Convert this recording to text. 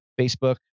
Facebook